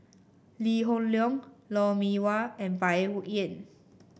Lee Hoon Leong Lou Mee Wah and Bai Yan